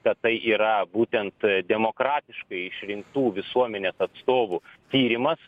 kad tai yra būtent demokratiškai išrinktų visuomenės atstovų tyrimas